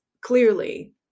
clearly